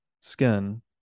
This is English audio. skin